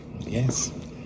Yes